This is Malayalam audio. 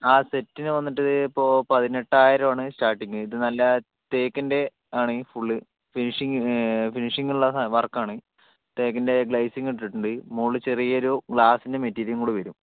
ആ സെറ്റിന് വന്നിട്ട് ഇപ്പോൾ പതിനെട്ടായിരം ആണ് സ്റ്റാർട്ടിങ്ങ് അതു നല്ല തേക്കിൻ്റെ ആണ് ഫുൾ ഫിനിഷിങ്ങ് ഫിനിഷിങ്ങ് ഉള്ള വർക്ക് ആണ് തേക്കിൻ്റെ ഗ്ലേസിങ്ങ് ഇട്ടിട്ടുണ്ട് മുകളിൽ ചെറിയ ഒരു ഗ്ലാസ്സിൻ്റെ മെറ്റീരിയൽ കൂടെ വരും